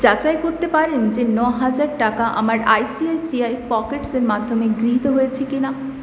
যাচাই করতে পারেন যে ন হাজার টাকা আমার I C I C I Pockets এর মাধ্যমে গৃহীত হয়েছে কিনা